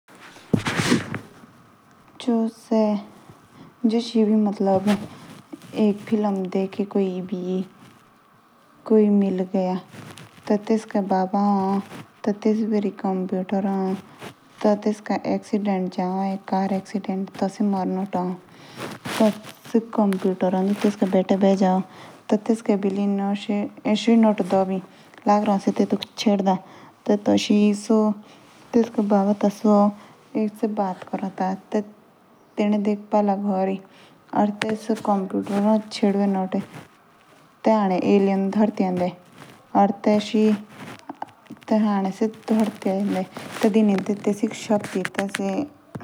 जेशी कुजी एक फिल्म देखी में कोई मिल गया। टी टेसको मा बाप जो है से। या तेस्का एक्सीडेंड जाओ हाये। कंप्यूटर को टेसिक करने के लिए टेस्को बाप को ए। टी से टेटुक कंप्यूटर के लगराओ चेड दा। तेई तेसी का बाबा से इलियान से बात करो या तेस्के बेरी बी बटन जा दबी। तेई एलियां निगला धारतियाच आओ।